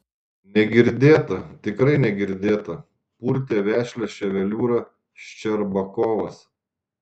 negirdėta tikrai negirdėta purtė vešlią ševeliūrą ščerbakovas